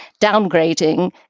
downgrading